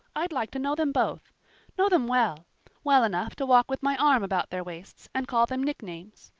i'd like to know them both know them well well enough to walk with my arm about their waists, and call them nicknames.